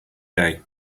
day